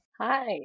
Hi